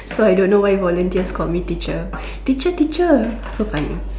so I don't know why volunteers called me teacher teacher teacher so funny